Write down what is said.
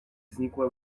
znikła